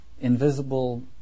invisible